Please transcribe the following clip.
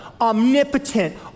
omnipotent